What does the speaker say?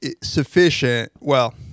sufficient—well